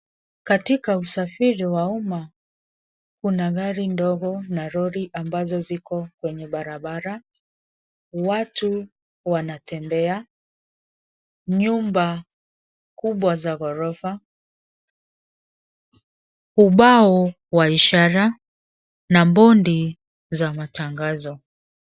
Katika usafiri wa umma, kuna gari ndogo na lori ambazo ziko kwenye barabara. Watu wanatembea, nyumba kubwa za ghorofa, ubao wa ishara na board za matangazo.